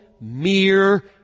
mere